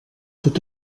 tot